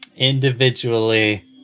Individually